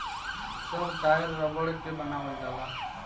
सब टायर रबड़ के बनावल जाला